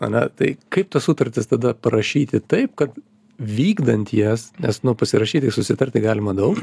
ane tai kaip tas sutartis tada parašyti taip kad vykdant jas nes nu pasirašyti susitarti galima daug